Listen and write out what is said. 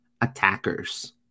attackers